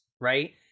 right